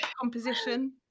composition